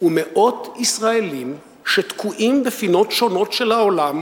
ומאות ישראלים שתקועים בפינות שונות של העולם